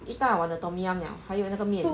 一大碗的 tom yum liao 还有那个面 eh